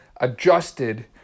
adjusted